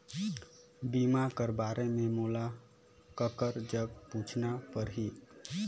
बीमा कर बारे मे मोला ककर जग पूछना परही?